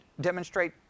demonstrate